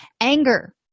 Anger